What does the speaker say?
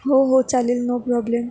हो हो चालेल नो प्रॉब्लेम